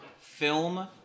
film